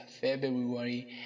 February